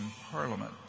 parliament